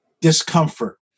discomfort